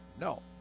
No